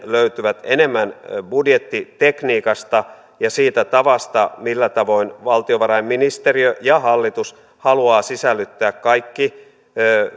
löytyvät enemmän budjettitekniikasta ja siitä tavasta millä tavoin valtiovarainministeriö ja hallitus haluavat sisällyttää kaikki